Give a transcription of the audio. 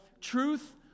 Truth